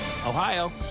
Ohio